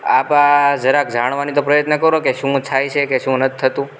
આપ આ જરાક જાણવાની તો પ્રયત્ન કરો કે શું થાય છે કે શું નથી થતું